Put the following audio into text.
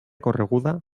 correguda